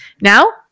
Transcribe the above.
Now